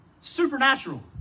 supernatural